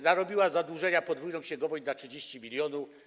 Narobiła zadłużenia, podwójna księgowość, na 30 mln.